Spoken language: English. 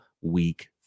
week